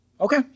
Okay